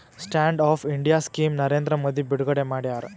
stand up India scheme Narendra Modi ಬಿಡುಗಡೆ ಮಾಡ್ಯಾರ